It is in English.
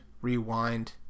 rewind